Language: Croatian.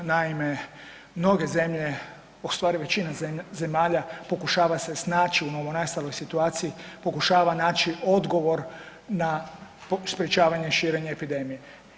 Naime, mnoge zemlje u stvari većina zemalja pokušava se snaći u novonastaloj situaciji, pokušava naći odgovor na sprječavanje širenja epidemije.